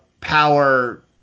power